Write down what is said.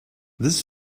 this